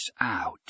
out